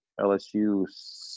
LSU